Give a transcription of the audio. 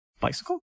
bicycle